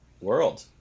world